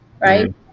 right